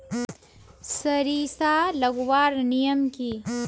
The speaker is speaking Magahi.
सरिसा लगवार नियम की?